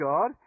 God